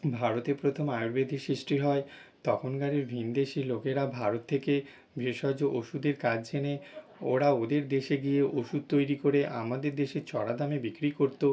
ভারতে প্রথম আয়ুর্বেদিক সৃষ্টি হয় তখনকারের ভিনদেশি লোকেরা ভারত থেকে ভেষজ ওষুধের কাজ জেনে ওরা ওদের দেশে গিয়ে ওষুধ তৈরি করে আমাদের দেশে চড়া দামে বিক্রি করতো